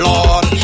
Lord